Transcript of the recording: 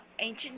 ancient